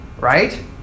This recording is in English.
Right